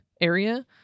area